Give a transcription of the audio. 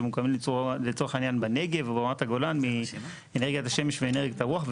שמוקמים לצורך העניין בנגב או ברמת הגולן מאנרגיית השמש ואנרגיית הרוח.